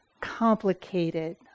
complicated